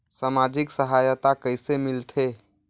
समाजिक सहायता कइसे मिलथे?